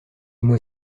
mois